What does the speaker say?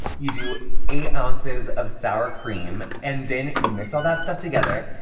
you do eight ounces of sour cream. and then you mix all that stuff together,